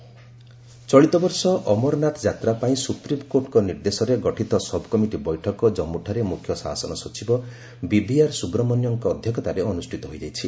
ଅମରନାଥ ଯାତ୍ରା ଚଳିତ ବର୍ଷ ଅମରନାଥ ଯାତ୍ରାପାଇଁ ସୁପ୍ରିମ୍କୋର୍ଟଙ୍କ ନିର୍ଦ୍ଦେଶରେ ଗଠିତ ସବ୍ କମିଟି ବୈଠକ ଜନ୍ମୁଠାରେ ମୁଖ୍ୟ ଶାସନ ସଚିବ ବିଭିଆର୍ ସୁବ୍ରମଣ୍ୟମ୍ଙ୍କ ଅଧ୍ୟକ୍ଷତାରେ ଅନୁଷ୍ଠିତ ହୋଇଯାଇଛି